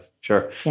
sure